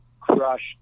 crushed